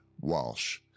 Walsh